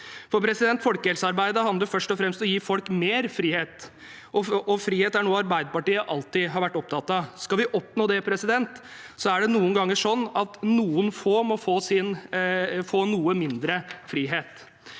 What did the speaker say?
transportert. Folkehelsearbeid handler først og fremst om å gi folk mer frihet, og frihet er noe Arbeiderpartiet alltid har vært opptatt av. Skal vi oppnå det, er det noen ganger sånn at noen få må få noe mindre frihet.